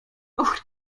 och